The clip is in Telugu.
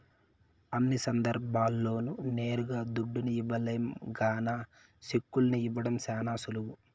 అన్ని సందర్భాల్ల్లోనూ నేరుగా దుడ్డుని ఇవ్వలేం గాన సెక్కుల్ని ఇవ్వడం శానా సులువు